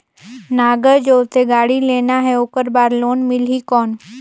नागर जोते गाड़ी लेना हे ओकर बार लोन मिलही कौन?